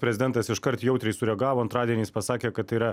prezidentas iškart jautriai sureagavo antradienį jis pasakė kad tai yra